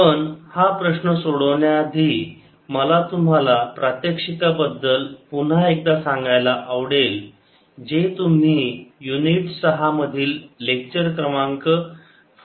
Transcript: पण हा प्रश्न सोडवण्या आधी मला तुम्हाला प्रात्यक्षिका बद्दल पुन्हा एकदा सांगायला आवडेल जे तुम्ही युनिट 6 मधील लेक्चर क्रमांक 49 मध्ये पाहिले आहे